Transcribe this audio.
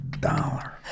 dollar